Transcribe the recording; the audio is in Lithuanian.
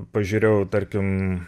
pažiūrėjau tarkim